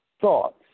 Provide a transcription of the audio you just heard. thoughts